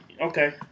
Okay